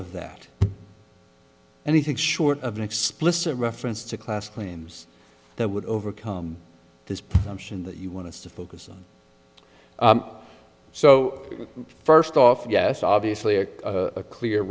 of that anything short of an explicit reference to class claims that would overcome this i'm saying that you want us to focus on so first off yes obviously a clear